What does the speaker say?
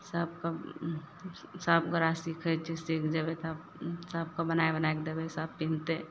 सबके सब गोटा सीखय छियै सीख जेबय तब सबके बनाय बनायके देबय सब पीन्हतय